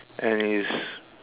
and it's